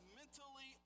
mentally